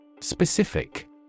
Specific